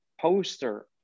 poster